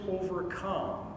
overcome